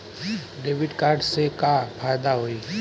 Debit card से का फायदा होई?